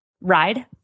ride